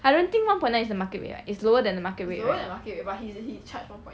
I don't think one point night is the market rate is lower than the market rate